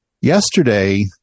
yesterday